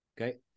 Okay